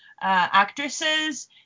actresses